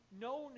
known